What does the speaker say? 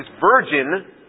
virgin